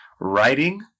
writing